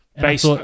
based